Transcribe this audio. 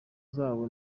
zabo